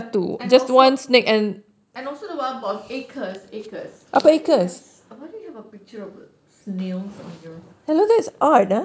and also and also the wild boars ACRES ACRES why do have why do you have picture of the snails on your